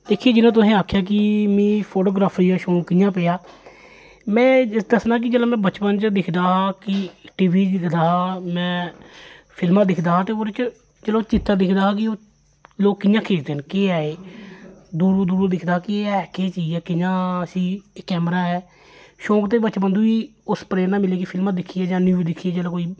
दिक्खो यरा जियां तुसें आखेआ मी फोटोग्राफरी दा शौंक कि'यां पेआ में दस्सना कि जेल्लै में बचपन च दिखदा हा कि टी वी च दिखदा हा में फिल्मां दिखदा हा ते ओह्दे च चलो चित्तर दिखदा हा कि ओह् लोक कि'यां खिच्चदे न केह् ऐ एह् दूरा दूरा दिखदा हा कि एह् ऐ केह् चीज ऐ कि'यां इसी कैमरा ऐ शौंक ते बचपन थमां गै उस प्रेरना मिली फिल्मां दिक्खियै जां न्यूज दिक्खियै